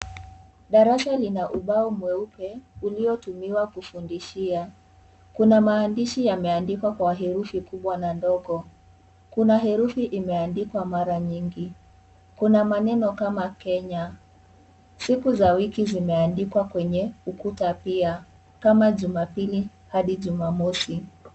Darasa Lina ubao mweupe uliotumiwa kufundishia. Kuna maandishi yameandikwa Kwa herufi kubwa na ndogo . Kuna herufi imeandikwa mara nyingi, kuna maneno kama Kenya, siku za wiki zimeandikwa kwenye kuta pia kama jumapili Hadi jumamosi.